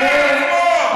שיענה לעצמו.